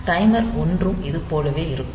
timer 1 ம் இது போலவே இருக்கும்